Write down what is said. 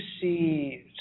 see